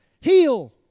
Heal